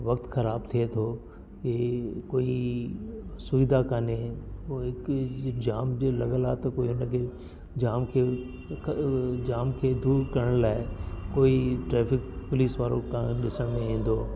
वक़्तु ख़राब थिए थो अहिड़ी कोई सुविधा कोन्हे हुओ हिकु जाम जो लॻियल आहे त कोई हुन खे जाम खे जाम खे दूरि करण लाइ कोई ट्रैफिक पुलिस वारो कोनि ॾिसण में ईंदो